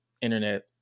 internet